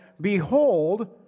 Behold